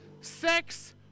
sex